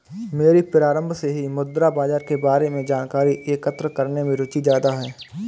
मेरी प्रारम्भ से ही मुद्रा बाजार के बारे में जानकारी एकत्र करने में रुचि ज्यादा है